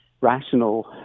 rational